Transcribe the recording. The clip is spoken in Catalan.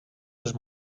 les